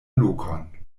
lokon